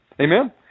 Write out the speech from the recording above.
Amen